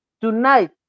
tonight